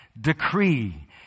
decree